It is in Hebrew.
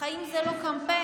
החיים הם לא קמפיין.